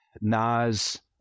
Nas